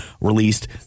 released